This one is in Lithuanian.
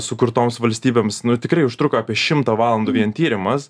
sukurtoms valstybėms nu tikrai užtruko apie šimtą valandų vien tyrimas